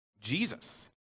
Jesus